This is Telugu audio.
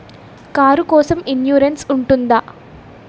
కారు కోసం ఇన్సురెన్స్ ఉంటుందా?